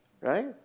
right